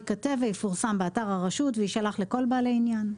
הנוהל ייכתב ויפורסם באתר הרשות ויישלח לכל בעלי העניין.